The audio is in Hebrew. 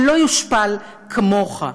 הוא לא יושפל כמוך.